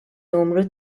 numru